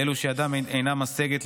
לאלו שידם אינה משגת,